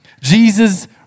Jesus